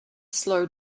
slow